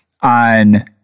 on